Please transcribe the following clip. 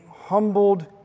humbled